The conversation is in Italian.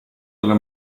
della